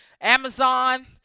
Amazon